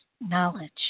Knowledge